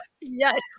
Yes